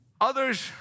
Others